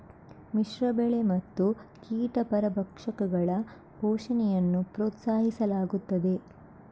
ಮಿಶ್ರ ಬೆಳೆ ಮತ್ತು ಕೀಟ ಪರಭಕ್ಷಕಗಳ ಪೋಷಣೆಯನ್ನು ಪ್ರೋತ್ಸಾಹಿಸಲಾಗುತ್ತದೆ